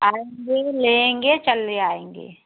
आएँगे लेंगे कल ले आएँगे